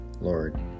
Lord